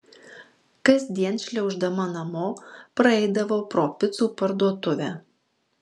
kasdien šliauždama namo praeidavau pro picų parduotuvę